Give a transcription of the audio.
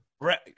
Right